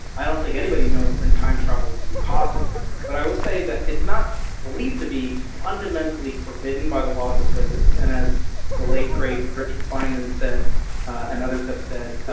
i don't think anybody knows when time travel will be possible but i will say that it's not believed to be fundamentally forbidden by the laws of physics and as the late great richard feynman said and others have said, ah